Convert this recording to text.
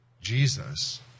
Jesus